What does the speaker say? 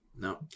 No